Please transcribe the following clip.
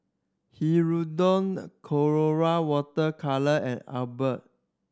Hirudoid Colora Water Colour and Abbott